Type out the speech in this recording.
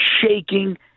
shaking